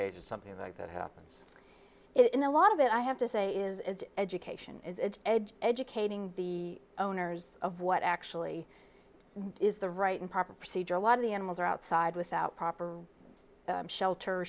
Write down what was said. age or something like that happens it in a lot of it i have to say is it's education is its edge educating the owners of what actually is the right and proper procedure a lot of the animals are outside without proper shelter